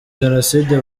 jenoside